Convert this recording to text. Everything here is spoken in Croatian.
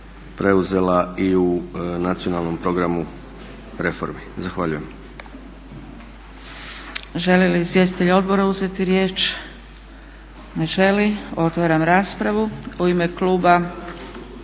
preuzela i u nacionalnom programu reformi. Zahvaljujem. **Zgrebec, Dragica (SDP)** Žele li izvjestitelji odbora uzeti riječ? Ne želi. Otvaram raspravu. U ime kluba